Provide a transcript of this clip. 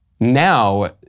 Now